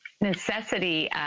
necessity